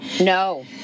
No